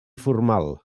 formal